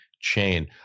chain